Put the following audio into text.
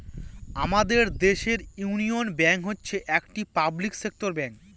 আমাদের দেশের union bank হচ্ছে একটি পাবলিক সেক্টর ব্যাঙ্ক